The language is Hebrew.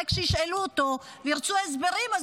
רק כשישאלו אותו וירצו הסברים,